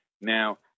Now